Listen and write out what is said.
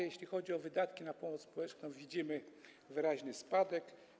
Jeśli chodzi o wydatki na pomoc społeczną, także widzimy wyraźny spadek.